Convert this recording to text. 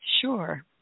sure